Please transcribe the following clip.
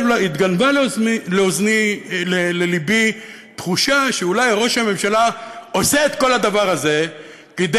התגנבה ללבי תחושה שאולי ראש הממשלה עושה את כל הדבר הזה כדי